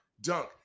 dunk